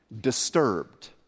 disturbed